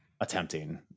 Attempting